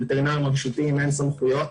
לווטרינרים הרשותיים אין סמכויות.